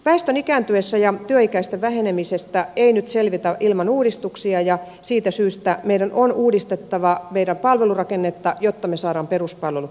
väestön ikääntymisestä ja työikäisten vähenemisestä ei nyt selvitä ilman uudistuksia ja siitä syystä meidän on uudistettava meidän palvelurakennetta jotta me saadaan peruspalvelut toimimaan